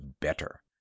better